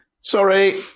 Sorry